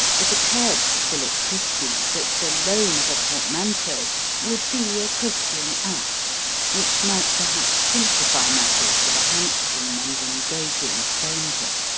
it occurred to philip christy that the loan of a portmanteau would be a christian act which might perhaps simplify matters for the handsome and engaging stranger.